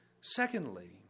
Secondly